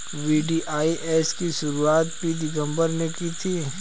VDIS की शुरुआत P Chidambaram ने की थी